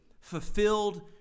fulfilled